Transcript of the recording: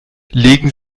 legen